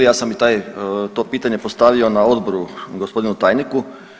Ja sam i to pitanje postavio na Odboru gospodinu tajniku.